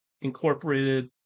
Incorporated